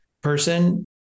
person